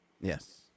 Yes